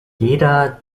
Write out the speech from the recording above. jeder